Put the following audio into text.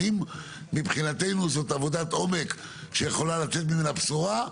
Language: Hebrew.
האם מבחינתנו זו עבודת עומק שיכולה לצאת ממנה בשורה?